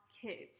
kids